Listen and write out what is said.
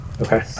Okay